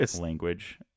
language